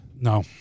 No